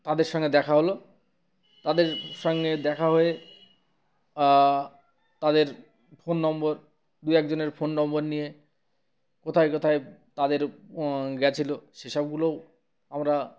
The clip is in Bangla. তাদের সঙ্গে দেখা হলো তাদের সঙ্গে দেখা হয়ে তাদের ফোন নম্বর দু একজনের ফোন নম্বর নিয়ে কোথায় কোথায় তাদের গিয়েছিলো সেসবগুলোও আমরা